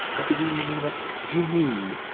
i presume you mean a jinnee,